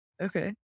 Okay